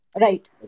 Right